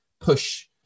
push